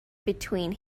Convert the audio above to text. between